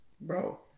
Bro